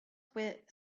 wit